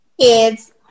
Kids